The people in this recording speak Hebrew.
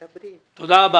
תודה.